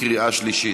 קריאה שלישית.